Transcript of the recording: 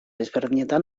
ezberdinetan